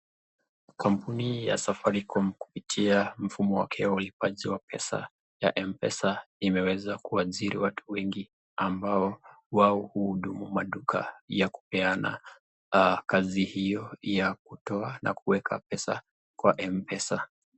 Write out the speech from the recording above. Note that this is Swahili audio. Kampuni wa Safaricom kupitia mfumo wake wa ulipaji wa pesa ya Mpesa imeweza kuajiri watu wengi ambao wao uhudumu maduka ya kupeana. Kazi hiyo ya kutoa na kuweka pesa kwa Mpesa.